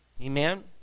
amen